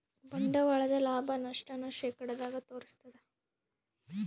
ಬಂಡವಾಳದ ಲಾಭ, ನಷ್ಟ ನ ಶೇಕಡದಾಗ ತೋರಿಸ್ತಾದ